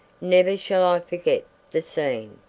never shall i forget the scene!